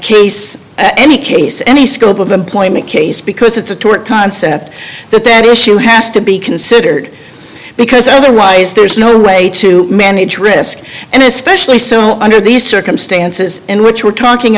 case any case any scope of employment case because it's a tort concept that that issue has to be considered because otherwise there is no way to manage risk and especially so under these circumstances in which we're talking